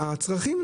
והצרכים,